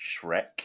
Shrek